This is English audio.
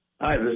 Hi